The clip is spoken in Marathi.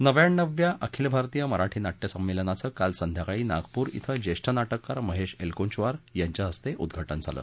नव्व्याण्णवव्या अखिल भारतीय मराठी नाट्य संमेलनाचं काल संध्याकाळी नागपूर इथं जेष्ठ नाटककार महेश एलकूंचवार यांच्या हस्ते उद्वाटन झालं